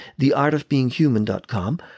theartofbeinghuman.com